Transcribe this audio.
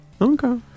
okay